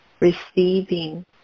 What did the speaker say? receiving